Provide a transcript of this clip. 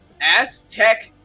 Aztec